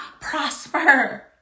prosper